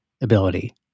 ability